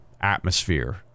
atmosphere